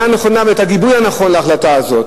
הנכונה ואת הגיבוי הנכון להחלטה הזאת,